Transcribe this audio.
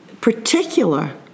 particular